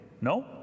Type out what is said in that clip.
No